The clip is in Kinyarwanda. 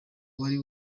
wari